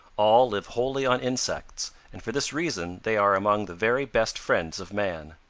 all live wholly on insects, and for this reason they are among the very best friends of man.